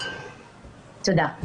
תודה.